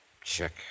Check